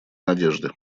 надежды